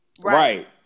Right